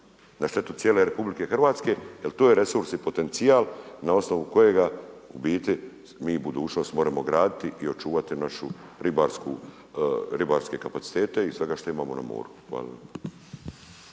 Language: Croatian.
na štetu cijele RH jer to je resurs i potencijal na osnovu kojega u biti mi budućnost moramo graditi i očuvati naše ribarske kapacitete i svega što imamo na moru. Hvala.